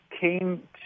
came